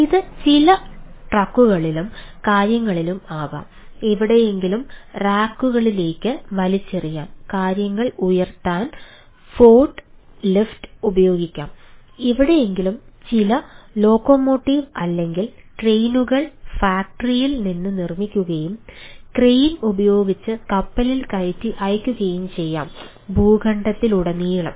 ഇത് ചില ട്രക്കുകളിലും നിന്ന് നിർമ്മിക്കുകയും ക്രെയിൻ ഉപയോഗിച്ച് കപ്പലിൽ കയറ്റി അയയ്ക്കുകയും ചെയ്യാം ഭൂഖണ്ഡത്തിലുടനീളം